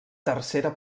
tercera